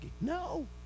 no